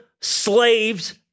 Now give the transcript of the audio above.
slaves